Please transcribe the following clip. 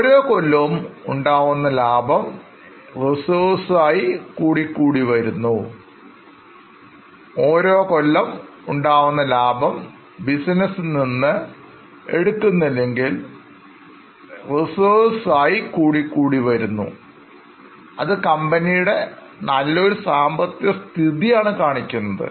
ഓരോ കൊല്ലവും ഉണ്ടാവുന്ന ലാഭം Reserves ആയി കൂടിക്കൂടി വരുന്നു ഓരോ കൊല്ലം ഉണ്ടാകുന്ന ലാഭം ബിസിനസ് നിന്ന് എടുക്കുന്നില്ലെങ്കിൽ Reserves ആയികൂടി കൂടി വരുന്നു അത് കമ്പനിയുടെ നല്ലൊരു സാമ്പത്തികസ്ഥിതി കാണിക്കുന്നത്